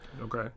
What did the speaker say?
okay